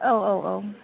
औ औ औ